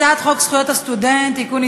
הצעת חוק זכויות הסטודנט (תיקון,